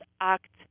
act